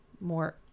more